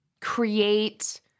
create